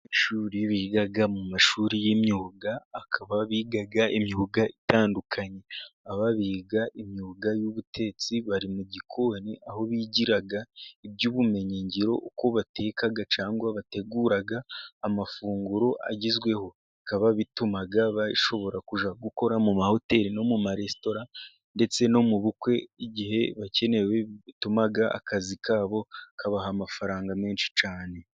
Abanyeshuri biga mu mashuri y'imyuga bakaba biga imyuga itandukanye, aba biga imyuga y'ubutetsi, bari mu gikoni aho bigiraga iby'ubumenyi ngiro, uko bateka cyangwa bategura amafunguro agezweho, bikaba bituma bashobora gukora mu mahoteli no mu maresitora, ndetse no mu bukwe igihe bakenewe, bituma akazi kabo kabaha amafaranga menshi cyane.